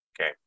Okay